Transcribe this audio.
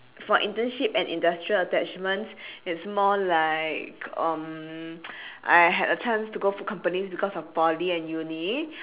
for internship and industrial attachments it's more like um I had a chance to go for companies because of poly and uni